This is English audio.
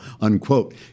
unquote